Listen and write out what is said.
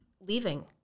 leaving